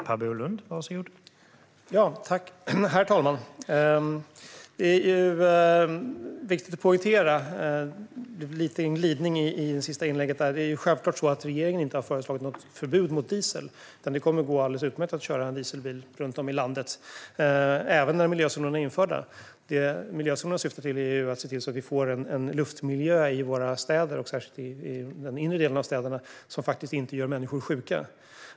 Herr talman! Det blev en liten glidning i det senaste inlägget. Det är dock viktigt att poängtera att regeringen självklart inte har föreslagit något förbud mot diesel. Det kommer att gå alldeles utmärkt att köra en dieselbil runt om i landet även när miljözonerna har införts. Vad miljözonerna syftar till är att se till att luftmiljön i städerna - framför allt de inre delarna av städerna - inte gör människor sjuka.